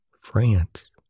France